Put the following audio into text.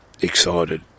excited